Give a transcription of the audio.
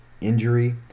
injury